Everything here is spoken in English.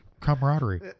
camaraderie